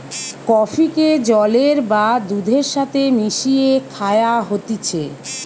কফিকে জলের বা দুধের সাথে মিশিয়ে খায়া হতিছে